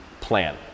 plan